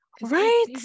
right